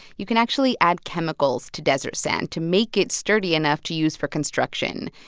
you can actually add chemicals to desert sand to make it sturdy enough to use for construction.